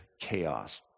chaos